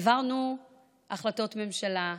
העברנו החלטות ממשלה.